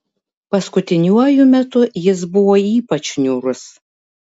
paskutiniuoju metu jis buvo ypač niūrus